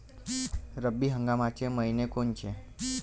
रब्बी हंगामाचे मइने कोनचे?